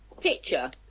picture